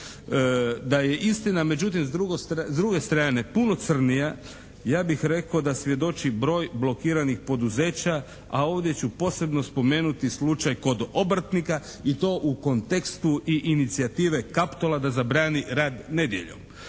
Da je istina međutim s druge strane puno crnija ja bih rekao da svjedoči broj blokiranih poduzeća, a ovdje ću posebno spomenuti slučaj kod obrtnika i to u kontekstu i inicijative Kaptola da zabrani rad nedjeljom.